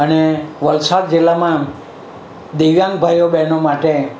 અને વલસાડ જિલ્લામાં દિવ્યાંગ ભાઈઓ બહેનો માટે